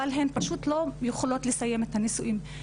אבל הן פשוט לא יכולות לסיים את הנישואין.